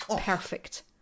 perfect